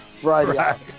Friday